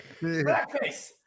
Blackface